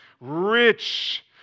rich